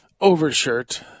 overshirt